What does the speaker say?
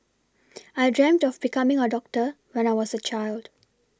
I dreamt of becoming a doctor when I was a child